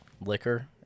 liquor